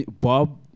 Bob